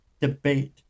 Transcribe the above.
debate